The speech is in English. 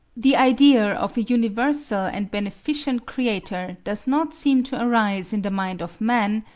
the idea of a universal and beneficent creator does not seem to arise in the mind of man,